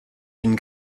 une